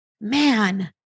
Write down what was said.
man